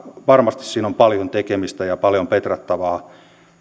varmasti siinä on paljon tekemistä ja paljon petrattavaa